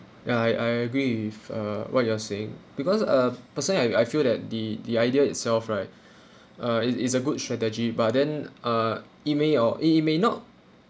ya I I agree with uh what you are saying because uh personally I I feel that the the idea itself right uh it it's a good strategy but then uh it may or it it may not